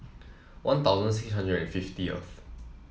One Thousand six hundred and fiftieth